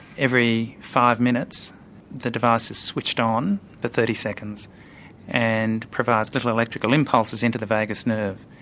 every five minutes the device is switched on for thirty seconds and provides little electrical impulses into the vagus nerve.